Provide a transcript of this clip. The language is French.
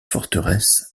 forteresse